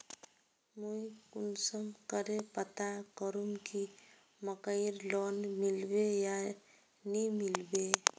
मुई कुंसम करे पता करूम की मकईर लोन मिलबे या नी मिलबे?